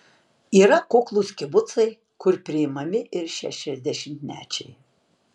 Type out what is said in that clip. yra kuklūs kibucai kur priimami ir šešiasdešimtmečiai